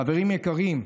חברים יקרים,